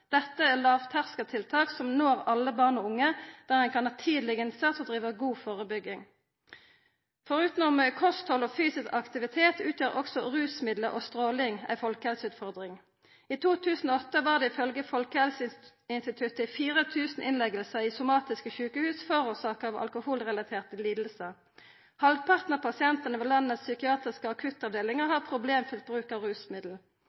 Dette er lågterskeltiltak som når alle barn og unge, og der ein kan ha tidleg innsats og driva god førebygging. Forutan kosthald og fysisk aktivitet utgjer også rusmidlar og stråling ei folkehelseutfordring. I 2008 var det ifølgje Folkehelseinstituttet 4 000 innleggingar i somatiske sjukehus forårsaka av alkoholrelaterte lidingar. Halvparten av pasientane ved landets psykiatriske akuttavdelingar har problemfylt bruk av rusmiddel.